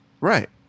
Right